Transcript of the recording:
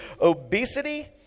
obesity